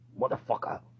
motherfucker